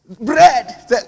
Bread